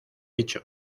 hecho